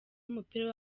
w’umupira